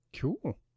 Cool